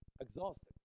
exhausted